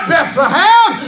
Bethlehem